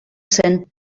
zen